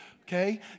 okay